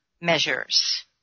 measures